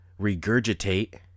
regurgitate